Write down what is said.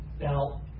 Now